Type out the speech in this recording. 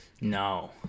No